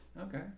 okay